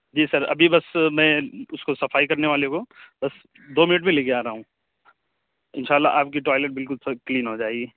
جی sir ابھی بس میں اس کو صفائی کرنے والے کو بس دو منٹ میں لے کے آ رہا ہوں ان شاء اللہ آپ کی ٹوائلٹ بالکل سپ کلین ہو جائے گی